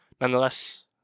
nonetheless